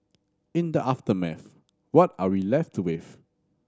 in the aftermath what are we left with